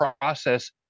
process